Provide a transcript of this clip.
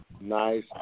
nice